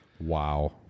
Wow